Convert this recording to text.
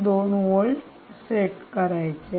2 volt set करायचे आहे